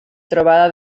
trobada